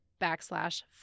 backslash